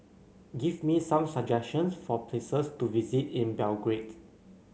give me some suggestions for places to visit in Belgrade